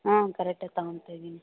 ಹಾಂ ಕರೆಟ್ಟಾಗ್ ತಗೊಂತಾ ಇದ್ದೀನಿ